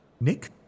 Nick